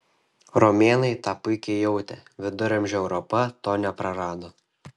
romėnai tą puikiai jautė viduramžių europa to neprarado